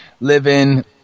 living